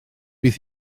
bydd